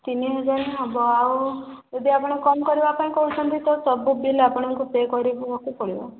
ତିନି ହଜାର ହେବ ଆଉ ଯଦି ଆପଣ କମ କରିବା ପାଇଁ କହୁଛନ୍ତି ତ ସବୁ ବିଲ ଆପଣଙ୍କୁ ପେ କରିବାକୁ ପଡ଼ିବ